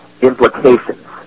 implications